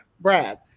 Brad